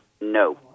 No